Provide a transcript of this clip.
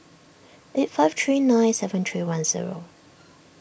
eight five three nine seven three one zero